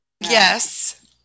Yes